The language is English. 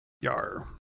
Yar